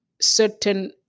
certain